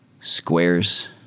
squares